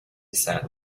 sat